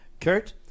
Kurt